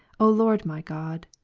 o lord my god,